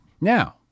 Now